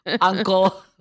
uncle